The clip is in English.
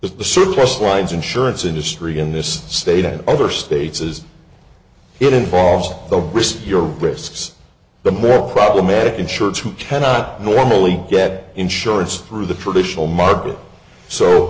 but the surface winds insurance industry in this state and other states as it involves the risk your risks the more problematic insurance who cannot normally get insurance through the traditional market so